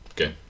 Okay